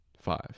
Five